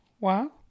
Wow